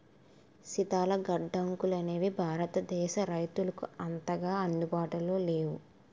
శీతల గడ్డంగులనేవి భారతదేశ రైతులకు అంతగా అందుబాటులో లేవు